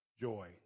joy